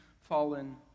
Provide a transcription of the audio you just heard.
fallen